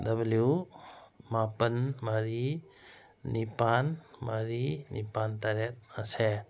W ꯃꯥꯄꯜ ꯃꯔꯤ ꯅꯤꯄꯥꯜ ꯃꯔꯤ ꯅꯤꯄꯥꯜ ꯇꯔꯦꯠ ꯃꯁꯦ